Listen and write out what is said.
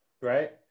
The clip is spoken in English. right